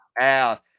Ass